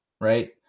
Right